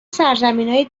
سرزمینای